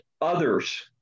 others